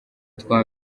twa